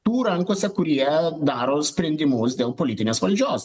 tų rankose kurie daro sprendimus dėl politinės valdžios